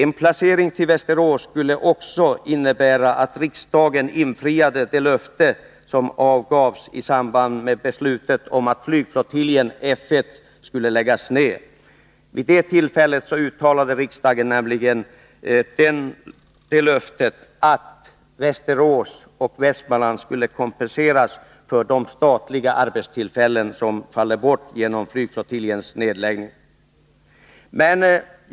En lokalisering av energiverket till Västerås skulle också innebära att riksdagen infriade det löfte som gavs i samband med beslutet om att flygflottiljen F 1 skulle läggas ned. Vid det tillfället uttalade riksdagen nämligen att Västerås och Västmanlands län skulle kompenseras för de statliga arbetstillfällen som föll bort genom flygflottiljens nedläggning.